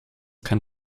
kein